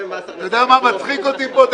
מה מצחיק אותי פה?